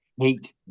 Hate